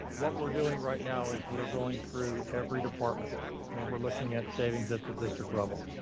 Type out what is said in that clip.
what we're doing right now is we're going through every department and we're looking at savings at the district level.